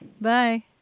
Bye